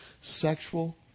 sexual